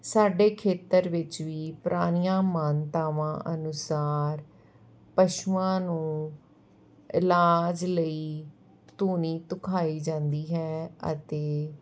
ਸਾਡੇ ਖੇਤਰ ਵਿੱਚ ਵੀ ਪੁਰਾਣੀਆਂ ਮਾਨਤਾਵਾਂ ਅਨੁਸਾਰ ਪਸ਼ੂਆਂ ਨੂੰ ਇਲਾਜ ਲਈ ਧੂਣੀ ਧੁਖਾਈ ਜਾਂਦੀ ਹੈ ਅਤੇ